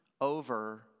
over